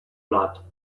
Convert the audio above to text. blood